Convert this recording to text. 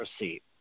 receipt